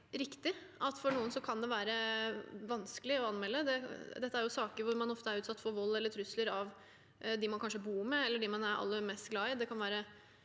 det for mange kan være vanskelig å anmelde. Dette er saker hvor man ofte er utsatt for vold eller trusler av dem man kanskje bor med eller er aller mest glad i.